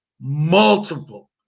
multiple